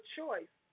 choice